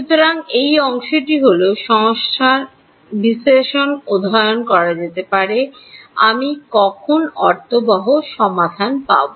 সুতরাং এই অংশটি হল সংখ্যার বিশ্লেষণ অধ্যয়ন করা হতে পারে আমি কখন অর্থবহ সমাধান পাব